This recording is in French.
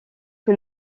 que